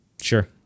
Sure